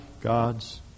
God's